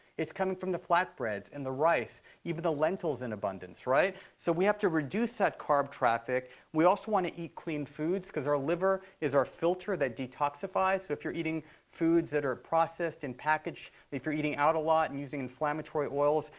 it's coming from the flatbreads and the rice, even the lentils in abundance. so we have to reduce that carb traffic. we also want to eat clean foods because our liver is our filter that detoxifies. so if you're eating foods that are processed and packaged, if you're eating out a lot and using inflammatory oils,